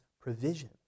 provision